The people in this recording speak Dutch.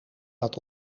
dat